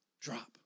drop